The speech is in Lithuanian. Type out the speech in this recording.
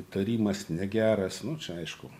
įtarimas negeras nu čia aišku